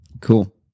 Cool